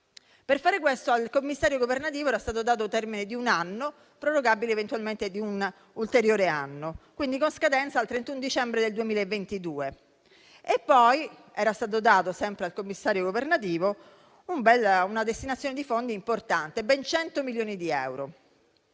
Per fare questo al commissario governativo era stato dato il termine di un anno, prorogabile eventualmente di un ulteriore anno, quindi con scadenza al 31 dicembre 2022. Era stata data poi sempre al commissario governativo una destinazione di fondi importante, ben 100 milioni di euro.